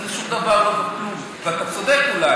אתה אולי